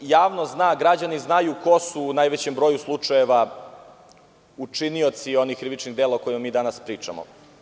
Javnost zna, građani znaju ko su u najvećem broju slučajeva učinioci onih krivičnih dela o kojima danas pričamo.